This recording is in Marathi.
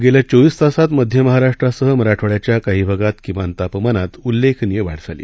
येत्या चोवीस तासात मध्य महाराष्ट्रासह मराठवाड्याच्या काही भागात किमान तापमानात उल्लेखनीय वाढ झाली